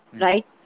right